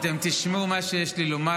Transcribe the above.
אתם תשמעו את מה שיש לי לומר.